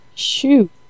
shoot